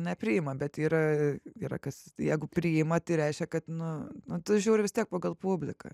nepriima bet yra yra kas jeigu priima tai reiškia kad nu o tu žiūri vis tiek pagal publiką